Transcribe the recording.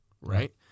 right